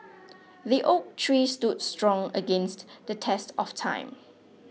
the oak tree stood strong against the test of time